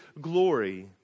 glory